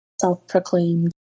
self-proclaimed